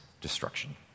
destruction